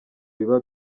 biba